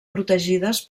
protegides